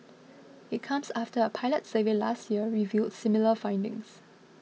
it comes after a pilot survey last year revealed similar findings